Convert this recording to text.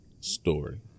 story